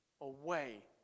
away